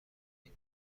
این